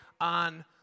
on